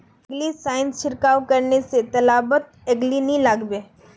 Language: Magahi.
एलगी साइड छिड़काव करने स तालाबत एलगी नी लागबे